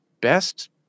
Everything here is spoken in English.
best